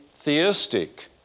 theistic